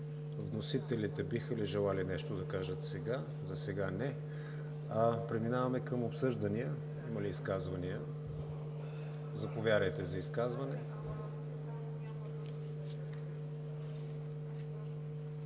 Вносителите биха ли желали да кажат нещо сега? Засега не. Преминаваме към обсъждания. Има ли изказвания? Заповядайте за изказване.